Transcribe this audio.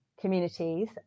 communities